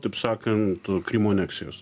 taip sakant krymo aneksijos